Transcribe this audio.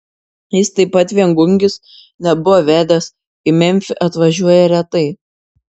jis taip pat viengungis nebuvo vedęs į memfį atvažiuoja retai